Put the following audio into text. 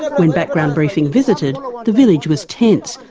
when background briefing visited, and um the village was tense.